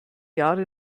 jahre